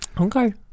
okay